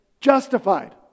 justified